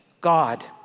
God